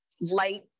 light